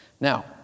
Now